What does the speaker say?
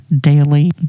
daily